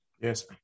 Yes